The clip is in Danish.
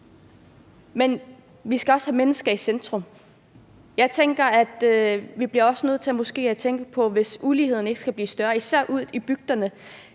Men vi skal også have mennesket i centrum. Jeg tænker, at vi måske også bliver nødt til at tænke på, at hvis uligheden ikke skal blive større, især ude i bygderne,